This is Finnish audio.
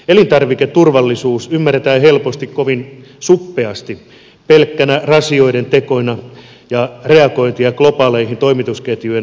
elintarviketurvallisuus ymmärretään helposti kovin suppeasti pelkkänä ratsioiden tekoina ja reagointina globaalien toimitusketjujen tuottamiin ongelmiin